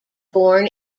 born